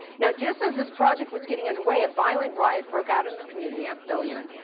now just as this project was getting under way a violent riot broke out in the community at belyuen.